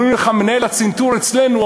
אומרים לך: מנהל הצנתור אצלנו,